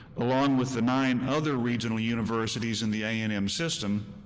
along with the nine other regional universities in the a and m system,